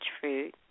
fruit